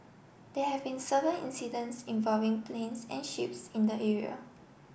there have been seven incidents involving planes and ships in the area